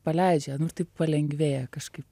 paleidžia nu taip palengvėja kažkaip